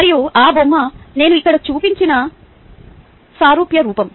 మరియు ఆ బొమ్మ నేను ఇక్కడ చూపించిన సారూప్య రూపం